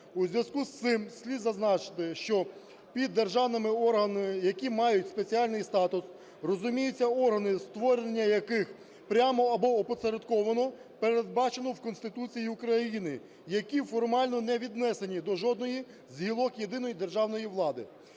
У зв'язку з цим слід зазначити, що під державними органами, які мають спеціальний статус, розуміються органи, створення яких прямо або опосередковано передбачено в Конституції України, які формально не віднесені до жодної з гілок єдиної державної влади.